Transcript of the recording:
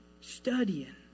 studying